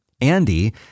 Andy